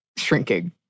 Shrinking